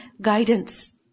guidance